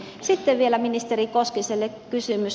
sitten vielä ministeri koskiselle kysymys